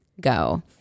go